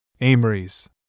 Amory's